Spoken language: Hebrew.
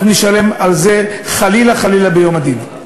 אנחנו נשלם על זה, חלילה, חלילה, ביום הדין.